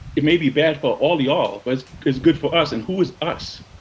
it may be bad for all y'all, but it's good for us, and who is us?